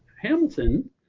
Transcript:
Hamilton